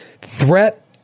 Threat